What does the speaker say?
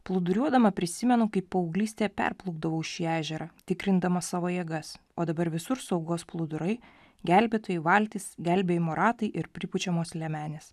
plūduriuodama prisimenu kaip paauglystėje perplaukdavau šį ežerą tikrindama savo jėgas o dabar visur saugos plūdurai gelbėtojai valtys gelbėjimo ratai ir pripučiamos liemenės